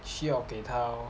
需要给他 lor